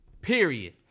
Period